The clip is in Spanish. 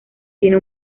tiene